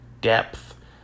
depth